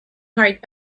hurried